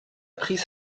pris